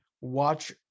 watch